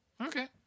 Okay